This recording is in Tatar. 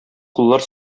куллар